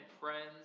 friends